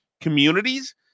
communities